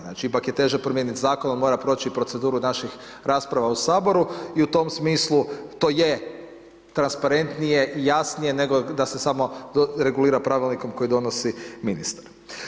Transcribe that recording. Znači, ipak je teže promijeniti zakon, on mora proći proceduru naših rasprava u Saboru i u tom smislu to je transparentnije, jasnije nego da se samo regulira pravilnikom koji donosi ministar.